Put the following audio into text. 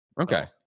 Okay